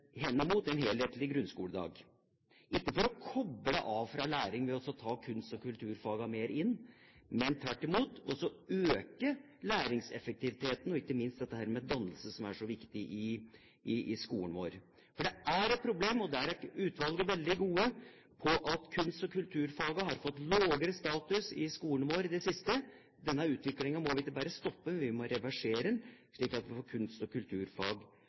henimot en helhetlig grunnskoledag – ikke for å koble av fra læring ved å ta kunst- og kulturfagene mer inn, men tvert imot for å øke læringseffektiviteten og ikke minst dette med dannelse, som er så viktig i skolen vår. For det er et problem – og der er utvalget veldig gode – at kunst- og kulturfaget har fått lavere status i skolen vår i det siste. Denne utviklingen må vi ikke bare stoppe, men vi må reversere den, slik at vi får kunst- og kulturfag